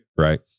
right